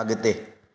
अगि॒ते